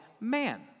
man